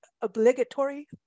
obligatory